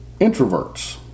introverts